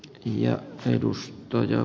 ja edus ta ja